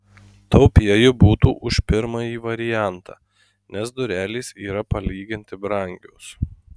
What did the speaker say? taupieji būtų už pirmąjį variantą nes durelės yra palyginti brangios